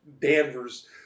Danvers